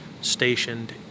stationed